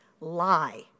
lie